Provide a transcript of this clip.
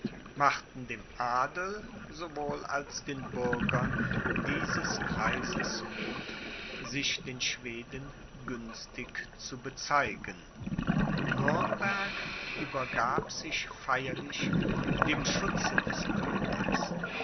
machten dem adel sowohl als den bürgern dieses kreises muth sich den schweden günstig zu bezeigen nürnberg übergab sich feierlich dem schutze des königs